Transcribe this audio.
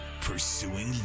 pursuing